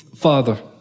Father